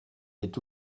est